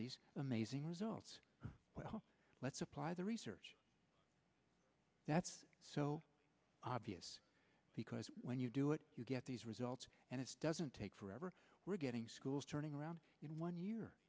these amazing results well let's apply the research that's so obvious because when you do it you get these results and it's doesn't take forever we're getting schools turning around you know one year